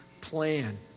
plan